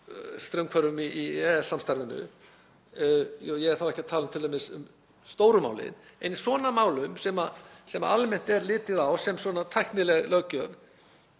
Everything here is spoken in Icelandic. straumhvörfum í EES-samstarfinu. Ég er þá ekki að tala t.d. um stóru málin en í svona málum sem almennt er litið á sem svona tæknilega löggjöf